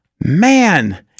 Man